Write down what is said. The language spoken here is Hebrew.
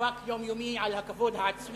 מאבק יומיומי על הכבוד העצמי,